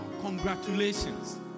Congratulations